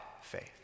faith